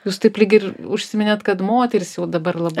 jūs taip lyg ir užsiminėt kad moterys jau dabar labai